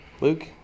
Luke